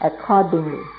accordingly